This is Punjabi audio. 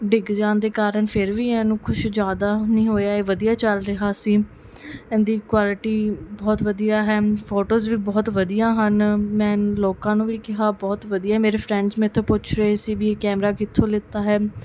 ਡਿੱਗ ਜਾਣ ਦੇ ਕਾਰਨ ਫਿਰ ਵੀ ਇਹਨੂੰ ਕੁਛ ਜਿਆਦਾ ਨਹੀਂ ਹੋਇਆ ਇਹ ਵਧੀਆ ਚੱਲ ਰਿਹਾ ਸੀ ਇਹਦੀ ਕੁਆਲਿਟੀ ਬਹੁਤ ਵਧੀਆ ਹੈ ਫੋਟੋਜ ਵੀ ਬਹੁਤ ਵਧੀਆ ਹਨ ਮੈਂ ਲੋਕਾਂ ਨੂੰ ਵੀ ਕਿਹਾ ਬਹੁਤ ਵਧੀਆ ਮੇਰੇ ਫਰੈਂਡਸ ਮੇਰੇ ਤੋਂ ਪੁੱਛ ਰਹੇ ਸੀ ਵੀ ਇਹ ਕੈਮਰਾ ਕਿੱਥੋਂ ਲਿਤਾ ਹੈ